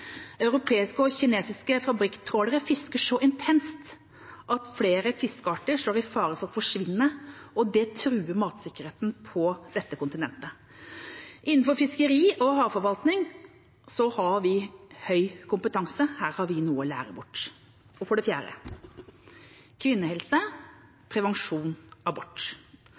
Europeiske og kinesiske fabrikktrålere fisker så intenst at flere fiskearter står i fare for å forsvinne, og det truer matsikkerheten på dette kontinentet. Innenfor fiskeri og havforvaltning har vi høy kompetanse. Her har vi noe å lære bort. Og for det fjerde: kvinnehelse, prevensjon, abort. Her hjemme er det 40 år siden loven om selvbestemt abort